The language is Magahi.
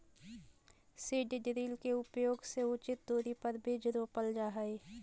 सीड ड्रिल के उपयोग से उचित दूरी पर बीज रोपल जा हई